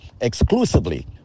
Exclusively